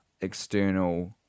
external